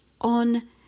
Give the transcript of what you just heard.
on